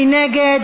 מי נגד?